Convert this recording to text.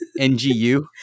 NGU